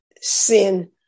sin